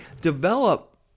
develop